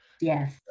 Yes